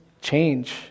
change